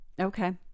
Okay